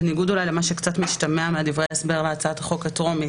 בניגוד אולי למה שקצת משתמע מדברי ההסבר להצעת החוק הטרומית,